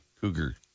Cougar